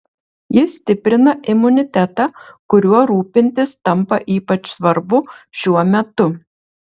ji stiprina imunitetą kuriuo rūpintis tampa ypač svarbu šiuo metu